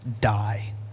die